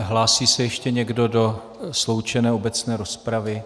Hlásí se ještě někdo do sloučené obecné rozpravy?